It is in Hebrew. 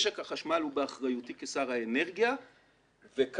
משק החשמל הוא באחריותי כשר האנרגיה וכאן